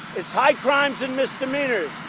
it's high crimes and misdemeanors.